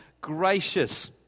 gracious